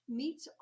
meets